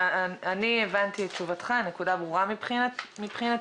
הבנתי את תשובתך, הנקודה ברורה מבחינתי.